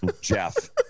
Jeff